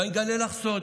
אני אגלה לך סוד: